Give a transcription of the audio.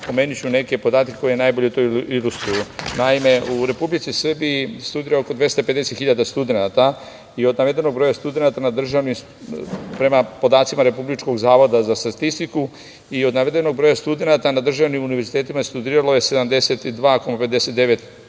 pomenuću neke podatke koji najbolje to ilustruju. Naime, u Republici Srbije studira oko 250.000 studenata. Od navedenog broja studenata prema podacima Republičkog zavoda za statistiku, i od navedenog broja studenata na državnim univerzitetima studiralo je 72,59%,